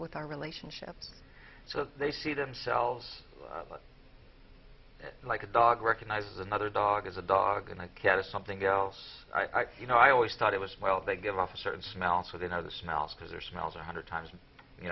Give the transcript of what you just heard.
with our relationships so they see themselves like a dog recognizes another dog is a dog and cat or something else you know i always thought it was well they give off a certain smell so they know the smells because their smells a hundred times